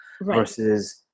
versus